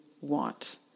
want